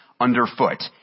underfoot